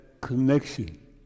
connection